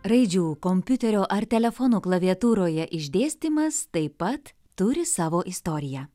raidžių kompiuterio ar telefono klaviatūroje išdėstymas taip pat turi savo istoriją